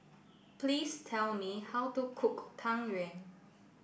please tell me how to cook Tang yuan